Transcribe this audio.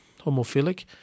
homophilic